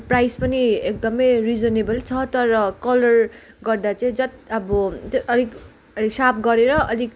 price पनि एकदमै reasonable छ तर कलर गर्दा चाहिँ जति अब सार्प गरेर अलिक